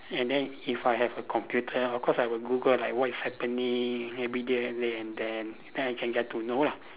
and then if I have a computer of course I will Google like what is happening everyday and then then then I can get to know lah